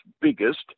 biggest